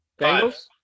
Bengals